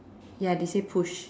ya they say push